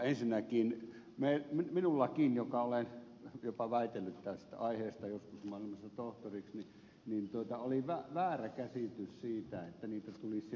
ensinnäkin minullakin joka olen jopa väitellyt tästä aiheesta joskus maailmassa tohtoriksi oli väärä käsitys siitä että niitä tulisi sieltä vähän kauempaa